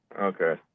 Okay